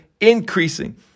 increasing